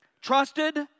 Trusted